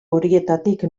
horietatik